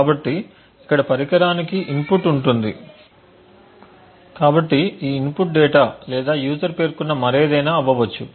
కాబట్టి ఇక్కడ పరికరానికి ఇన్పుట్ ఉంటుంది కాబట్టి ఈ ఇన్పుట్ డేటా లేదా యూజర్ పేర్కొన్న మరేదైనా అవ్వవచ్చు